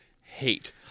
hate